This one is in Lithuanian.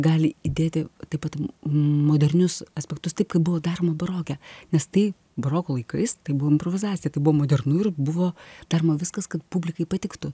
gali įdėti taip pat modernius aspektus taip kaip buvo daroma baroke nes tai baroko laikais tai buvo improvizacija tai buvo modernu ir buvo daroma viskas kad publikai patiktų